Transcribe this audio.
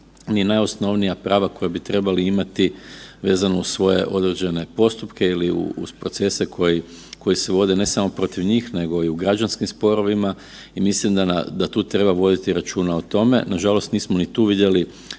ni najosnovnija prava koja bi trebali imati vezano uz svoje određene postupke ili uz procese koji, koji se vode ne samo protiv njih nego i u građanskim sporovima i mislim da tu treba voditi računa o tome. Nažalost, nismo ni tu vidjeli